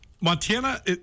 Montana